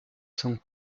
son